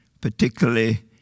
particularly